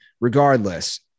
regardless